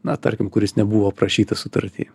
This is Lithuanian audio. na tarkim kuris nebuvo aprašytas sutarty